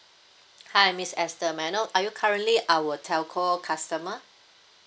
hi miss esther may I know are you currently our telco customer